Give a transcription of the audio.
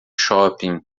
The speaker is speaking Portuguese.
shopping